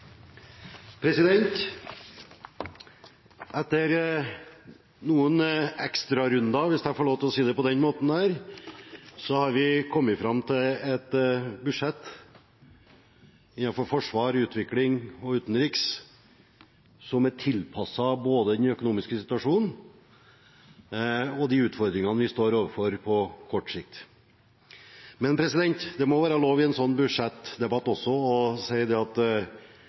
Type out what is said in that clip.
på den måten – har vi kommet fram til et budsjett innen forsvar, utvikling og utenriks som er tilpasset både den økonomiske situasjonen og de utfordringene vi står overfor på kort sikt. Men i en sånn budsjettdebatt må det også være lov til å si at utfordringene nok er større enn det